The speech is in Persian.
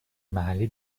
محلی